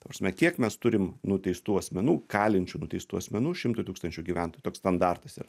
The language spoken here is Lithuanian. ta prasme kiek mes turim nuteistų asmenų kalinčių nuteistų asmenų šimtui tūkstančių gyventojų toks standartas yra